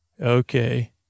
Okay